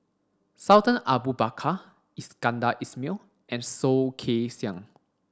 Sultan Abu Bakar Iskandar Ismail and Soh Kay Siang